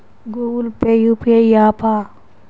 Google Pay UPI య్యాపా?